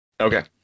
Okay